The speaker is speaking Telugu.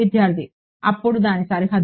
విద్యార్థి అప్పుడు దాని సరిహద్దు